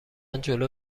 جلو